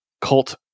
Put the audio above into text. cult